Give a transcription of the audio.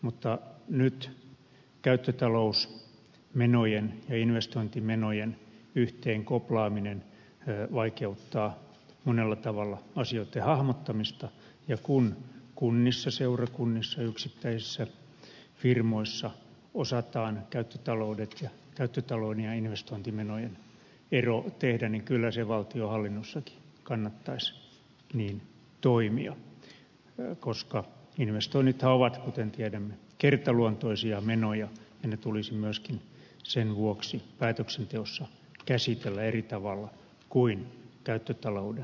mutta nyt käyttötalousmenojen ja investointimenojen yhteen koplaaminen vaikeuttaa monella tavalla asioitten hahmottamista ja kun kunnissa seurakunnissa yksittäisissä firmoissa osataan käyttötalouden ja investointimenojen ero tehdä niin kyllä se valtionhallinnossakin kannattaisi niin toimia koska investoinnithan ovat kuten tiedämme kertaluonteisia menoja ja ne tulisi myöskin sen vuoksi päätöksenteossa käsitellä eri tavalla kuin käyttötalouden pysyvät menot